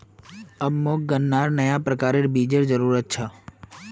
अब मोक गन्नार नया प्रकारेर बीजेर जरूरत छ